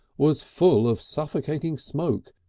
was full of suffocating smoke,